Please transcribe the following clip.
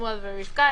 שמואל ורבקה,